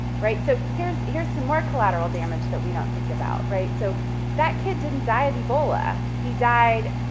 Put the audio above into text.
right, so here's here's some more collateral damage that we don't think about. right, so that kid didn't die of ebola, he died